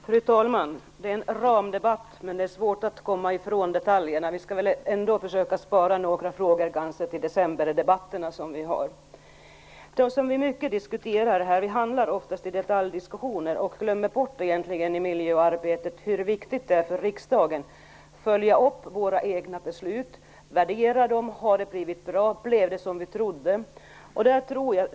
Fru talman! Det är en ramdebatt, men det är svårt att komma ifrån detaljerna. Vi får ändå försöka spara några frågor till decemberdebatten. När vi diskuterar här handlar det oftast om detaljer. Vi glömmer bort i miljöarbetet hur viktigt det är för riksdagen att följa upp våra egna beslut och värdera dem, se om det blev så som vi trodde.